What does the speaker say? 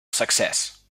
success